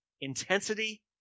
intensity